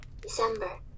December